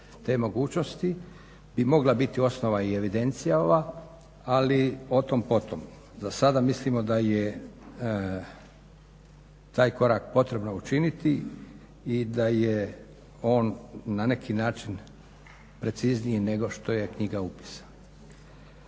te mogućnosti bi mogla biti osnova i evidencija ova, ali o tom, po tom. Za sada mislimo da je taj korak potrebno učiniti i da je on na neki način precizniji nego što je knjiga upisa.